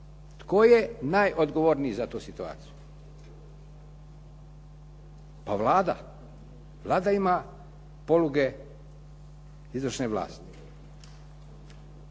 Tko je najodgovorniji za tu situaciju? Pa Vlada. Vlada ima poluge izvršne vlasti.